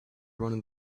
running